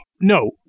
No